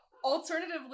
Alternatively